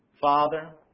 Father